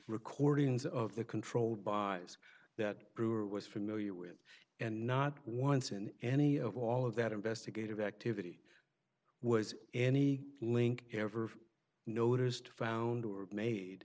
recordings of the controlled bars that brewer was familiar with and not once in any of all of that investigative activity was any link ever noticed found or made